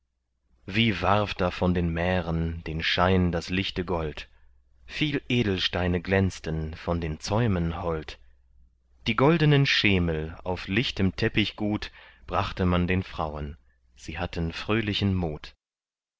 wie warf da von den mähren den schein das lichte gold viel edelsteine glänzten von den zäumen hold die goldenen schemel auf lichtem teppich gut brachte man den frauen sie hatten fröhlichen mut